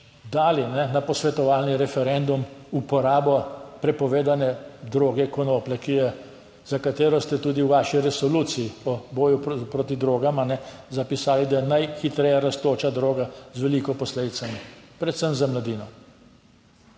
dali na posvetovalni referendum uporabo prepovedane droge konoplje, ki je, za katero ste tudi v vaši resoluciji o boju proti drogam zapisali, da je najhitreje rastoča droga z veliko posledicami predvsem za mladino.